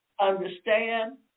understand